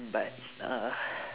but uh